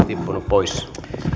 tippunut pois